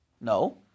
No